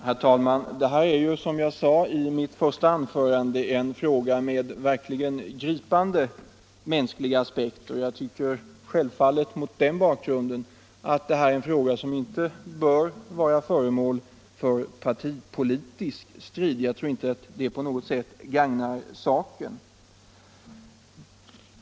Herr talman! Detta är, som jag sade i mitt första anförande, en fråga som verkligen har en gripande mänsklig aspekt, och jag tycker mot den 173 bakgrunden att den självfallet inte bör vara föremål för partipolitisk strid. Jag tror inte att det på något sätt gagnar saken.